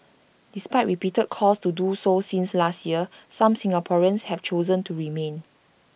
despite repeated calls to do so since last year some Singaporeans have chosen to remain